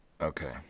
okay